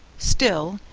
still,